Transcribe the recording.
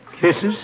Kisses